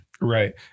right